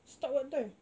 start what time